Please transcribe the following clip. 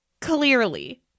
Clearly